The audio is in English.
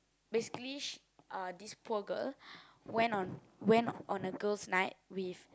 basically she uh this poor girl went on went on a girls night with